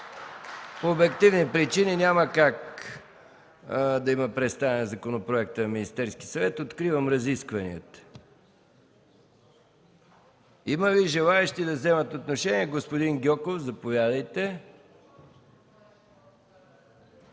По обективни причини няма как да има представяне на законопроекта на Министерския съвет. Откривам разискванията. Има ли желаещи да вземат отношение? Заповядайте,